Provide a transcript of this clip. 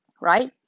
right